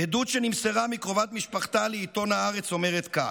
עדות שנמסרה מקרובת משפחתה לעיתון הארץ אומרת כך: